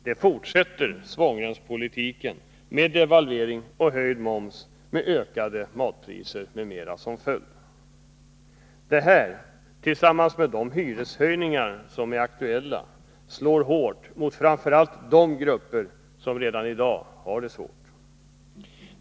Den fortsätter svångremspolitiken, med devalvering och höjd moms, med ökade matpriser m.m. som följd. Detta, tillsammans med de hyreshöjningar som är aktuella, slår hårt mot framför allt de grupper som redan i dag har det svårt.